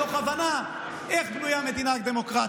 מתוך הבנה איך בנויה מדינה דמוקרטית.